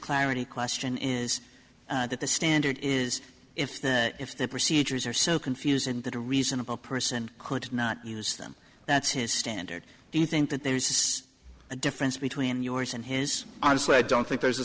clarity question is that the standard is if that if the procedures are so confusing that a reasonable person could not use them that's his standard do you think that there is a difference between yours and his arm so i don't think there's a